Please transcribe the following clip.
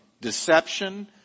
deception